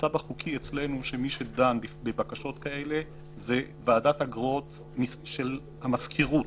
המצב החוקי אצלנו הוא שמי שדן בבקשות כאלה זה ועדת אגרות של המזכירות,